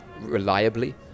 reliably